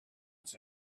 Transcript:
it’s